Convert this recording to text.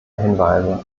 hinweise